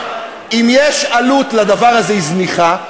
אם יש עלות לדבר הזה, היא זניחה.